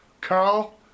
Carl